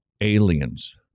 aliens